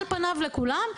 על פניו לכולם,